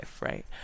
right